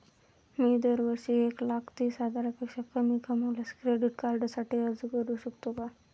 मी दरवर्षी एक लाख तीस हजारापेक्षा कमी कमावल्यास क्रेडिट कार्डसाठी अर्ज करू शकतो का?